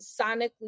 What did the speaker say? sonically